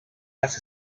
las